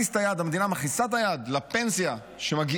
והמדינה ממש מכניסה את היד לפנסיה שמגיעה